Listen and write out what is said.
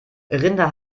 rinder